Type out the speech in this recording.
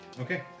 Okay